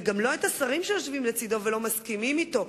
וגם לא את השרים שיושבים לצדו ולא מסכימים אתו,